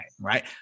right